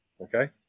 Okay